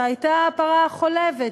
שהייתה הפרה החולבת,